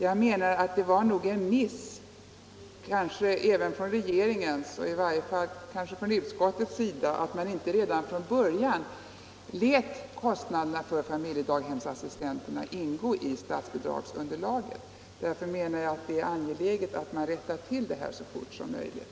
Men i det här fallet var det nog en miss, kanske från regeringens sida eller i varje fall från utskottets sida, att man inte redan från början lät kostnaderna för familjedaghemsassistenterna ingå i statsbidragsunderlaget. Därför är det angeläget att man rättar till detta så fort som möjligt.